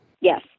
Yes